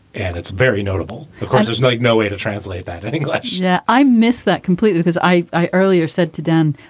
and it's very notable. of course, it's like no way to translate that in english yeah i missed that completely because i i earlier said to dan,